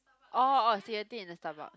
orh orh so y'all eating in the Starbucks